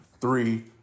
Three